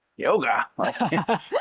yoga